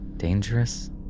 dangerous